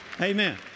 Amen